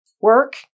work